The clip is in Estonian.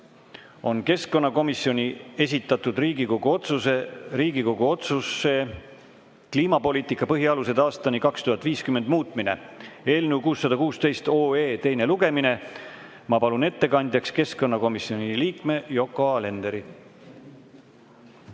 on keskkonnakomisjoni esitatud Riigikogu otsuse "Riigikogu otsuse "Kliimapoliitika põhialused aastani 2050" muutmine" eelnõu 616 teine lugemine. Ma palun ettekandjaks keskkonnakomisjoni liikme Yoko Alenderi.